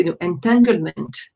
entanglement